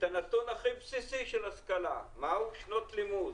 הכי בסיסי של השכלה והוא שנות לימוד.